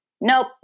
Nope